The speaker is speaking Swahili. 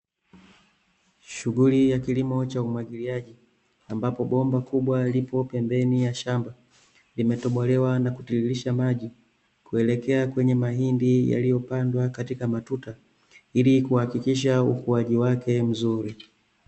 Shughuli ya kilimo cha umwagiliaji, ambapo bomba kubwa lipo pembeni ya shamba, limetobolewa na kutiririsha maji, kuelekea kwenye mahindi yaliyopandwa katika matuta, ili kuhakikisha ukuaji wake mzuri.